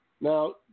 Now